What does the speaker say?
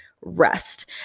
rest